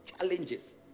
challenges